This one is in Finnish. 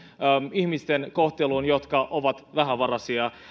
ihmisten kohteluun jotka ovat vähävaraisia